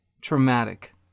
traumatic